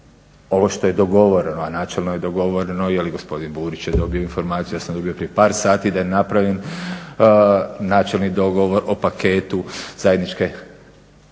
ovo što je dogovoreno a načelno je dogovoreno jel i gospodin Burić je dobio informaciju, ja sam dobio prije par sati, da je napravljen načelni dogovor o paketu zajedničke